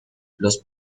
los